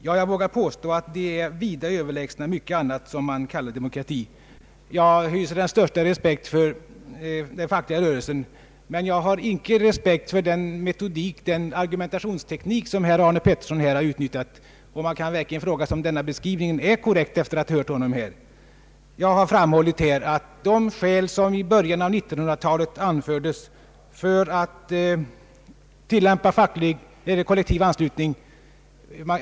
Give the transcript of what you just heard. Ja, jag vågar påstå att de är vida överlägsna mycket annat som man kallar demokrati.” Jag hyser den största respekt för den fackliga rörelsen men icke för den argumentationsteknik som herr Arne Pettersson här har utnyttjat. Efter att ha hört honom kan man verkligen fråga sig om den citerade beskrivningen är riktig. Jag har framhållit att man kan förstå de skäl som i början av 1900-talet anfördes för att tillämpa facklig eller kollektiv anslutning.